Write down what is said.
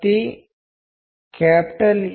పదాలు కమ్యూనికేట్ చేస్తాయి